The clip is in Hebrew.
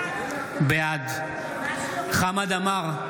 בעד חמד עמאר,